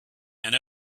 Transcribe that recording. and